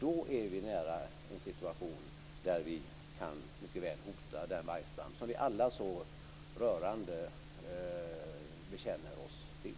Då är vi nära en situation som mycket väl kan hota den vargstam som vi alla så rörande vill bevara.